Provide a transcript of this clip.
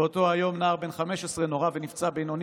באותו היום נער בן 15 נורה ונפצע בינוני